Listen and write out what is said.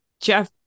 jeff